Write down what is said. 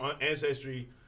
Ancestry